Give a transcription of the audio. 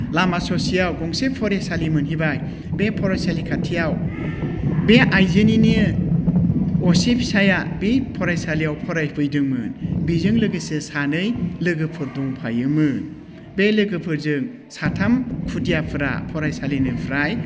लामा ससेयाव गंसे फरायसालि मोनहैबाय बे फरायसालि खाथियाव बे आइजोनिनो असे फिसाया बै फरायसालियाव फरायफैदोंमोन बेजों लोगोसे सानै लोगोफोर दंफायोमोन बे लोगोफोरजों साथाम खुदियाफोरा फरायसालिनिफ्राय